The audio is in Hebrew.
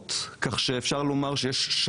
ונקבע שאפשר יהיה להאריכה.